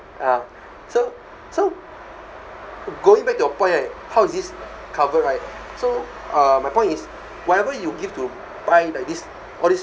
ah so so going back to your point right how is this covered right so uh my point is whatever you give to buy the this all this